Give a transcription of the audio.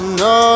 no